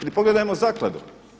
Ili pogledajmo zakladu.